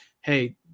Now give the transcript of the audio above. Hey